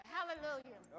Hallelujah